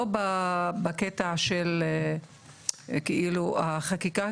לא בקטע של כאילו החקיקה,